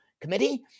committee